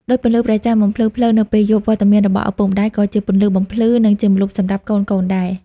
ដូចពន្លឺព្រះចន្ទបំភ្លឺផ្លូវនៅពេលយប់ វត្តមានរបស់ឪពុកម្តាយក៏ជាពន្លឺបំភ្លឺ និងជាម្លប់សម្រាប់កូនៗដែរ។